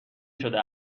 شده